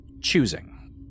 choosing